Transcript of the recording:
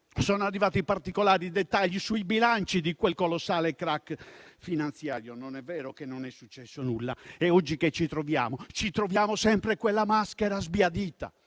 sono arrivati i particolari e i dettagli sui bilanci di quel colossale *crack* finanziario. Non è vero che non è successo nulla e oggi ci troviamo sempre di fronte quella maschera sbiadita